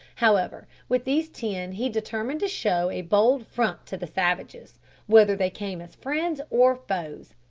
however, with these ten he determined to show a bold front to the savages, whether they came as friends or foes.